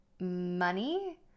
money